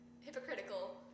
hypocritical